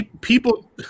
people –